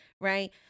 right